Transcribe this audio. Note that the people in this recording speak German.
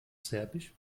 serbisch